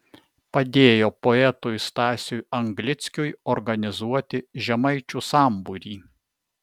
padėjo poetui stasiui anglickiui organizuoti žemaičių sambūrį